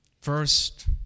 first